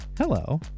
Hello